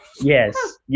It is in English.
Yes